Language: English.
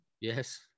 Yes